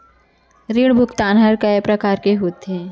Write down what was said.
ऋण भुगतान ह कय प्रकार के होथे?